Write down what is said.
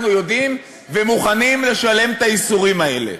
אנחנו יודעים ומוכנים לשלם את הייסורים האלה,